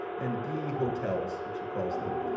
and bee hotels, which he calls them.